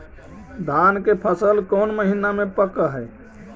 धान के फसल कौन महिना मे पक हैं?